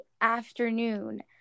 afternoon